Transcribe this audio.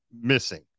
missing